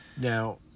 Now